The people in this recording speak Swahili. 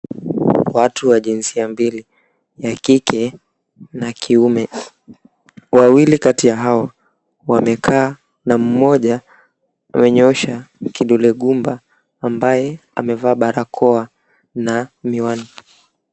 Watu wa jinsia mbili, ya kike na ya kiume. Wawili kati ya hao wamekaa na mmoja amenyoosha kidole gumba ambaye amevaa barakoa na miwani.